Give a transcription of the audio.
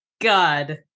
God